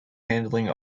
handling